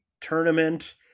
Tournament